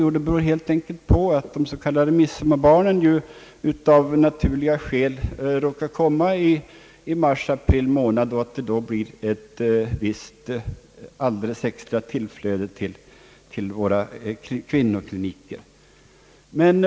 Jo, helt enkelt på att »midsommarbarnen» av naturliga skäl råkar komma under mars och april månader och att det till följd därav blir ett extra tillflöde till våra kvinnokliniker.